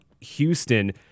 Houston